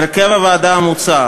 הרכב הוועדה המוצע,